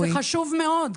זה חשוב מאוד,